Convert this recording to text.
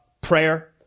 Prayer